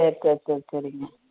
சேரி சேரி சேரி சரிங்க